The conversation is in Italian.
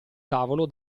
tavolo